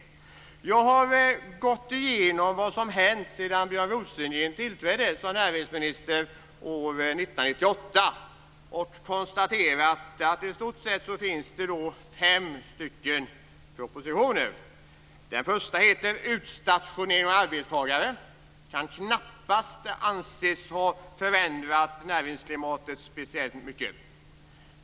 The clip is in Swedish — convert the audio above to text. Jag har gått igenom vad som hänt sedan Björn Rosengren tillträdde som näringsminister år 1998 och konstaterat att det i stort sett finns fem propositioner. Den första heter Utstationering av arbetstagare. Den kan knappast anses ha förändrat näringsklimatet speciellt mycket.